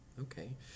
okay